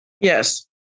yes